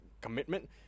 commitment